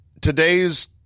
Today's